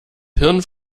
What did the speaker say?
hirn